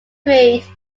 grade